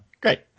great